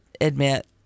admit